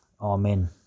Amen